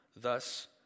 thus